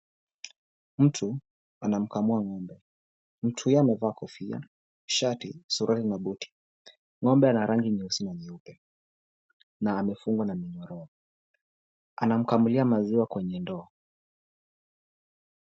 Mtu anamkamua ng'ombe. Mtu huyo amevaa kofia, suruali na buti. Ng'ombe ana rangi nyeusi na nyeupe na amefungwa na minyororo. Anamkamulia maziwa kwenye ndoo.